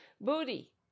Booty